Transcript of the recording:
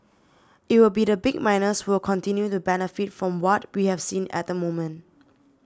it will be the big miners who will continue to benefit from what we have seen at the moment